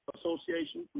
Association